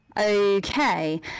Okay